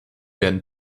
werden